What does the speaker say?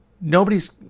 nobody's